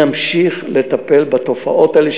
נמשיך לטפל בתופעות האלה,